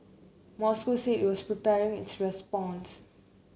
Moscow said it was preparing its response